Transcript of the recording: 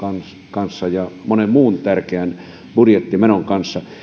kanssa ja monen muun tärkeän budjettimenon kanssa